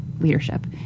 leadership